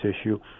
issue